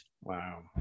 wow